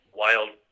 wild